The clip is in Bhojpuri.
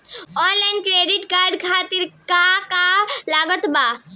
आनलाइन क्रेडिट कार्ड खातिर का का लागत बा?